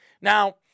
Now